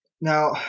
Now